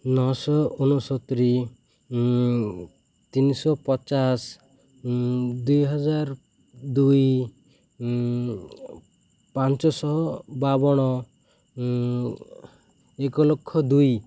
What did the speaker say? ନଅଶହ ଅଣସ୍ତରୀ ତିନିଶହ ପଚାଶ ଦୁଇହଜାର ଦୁଇ ପାଞ୍ଚଶହ ବାବନ ଏକ ଲକ୍ଷ ଦୁଇ